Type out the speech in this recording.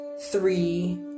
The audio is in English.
three